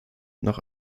noch